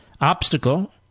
obstacle